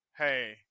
hey